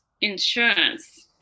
insurance